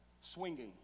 Swinging